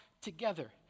together